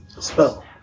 spell